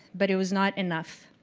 but it was not enough.